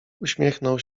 uśmiechnął